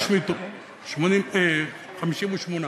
--- 58.